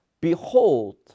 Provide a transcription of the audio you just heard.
behold